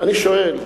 אני שואל: